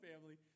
family